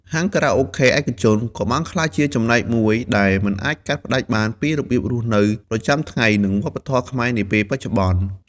ហាងខារ៉ាអូខេឯកជនក៏បានក្លាយជាចំណែកមួយដែលមិនអាចកាត់ផ្តាច់បានពីរបៀបរស់នៅប្រចាំថ្ងៃ និងវប្បធម៌ខ្មែរនាពេលបច្ចុប្បន្ន។